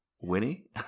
Winnie